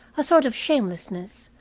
a sort of shamelessness,